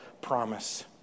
promise